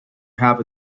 have